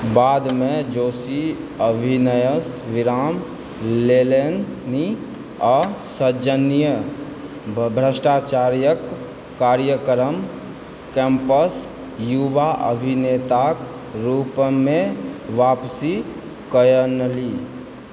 बादमे जोशी अभिनयसँ विराम लेलनि आ सञ्जीव भट्टाचार्यक कार्यक्रम कैम्पस सँ युवा अभिनेताक रूपमे वापसी कयलनि